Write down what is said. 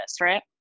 right